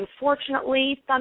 unfortunately